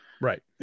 right